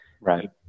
right